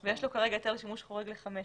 ויש לו כרגע היתר לשימוש חורג לחמש שנים,